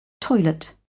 toilet